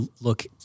look